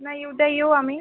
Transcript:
नाही उद्या येऊ आम्ही